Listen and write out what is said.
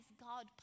God